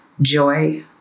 joy